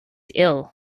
ill